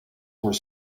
were